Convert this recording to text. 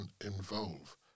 involve